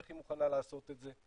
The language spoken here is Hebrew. איך היא מוכנה לעשות את זה.